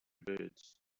birds